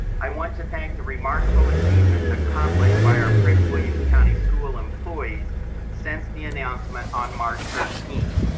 i want to thank the remarkable achievements accomplished by our prince william county school employees since the announcement on march thirteenth.